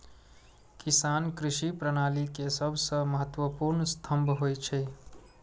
किसान कृषि प्रणाली के सबसं महत्वपूर्ण स्तंभ होइ छै